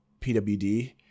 PWD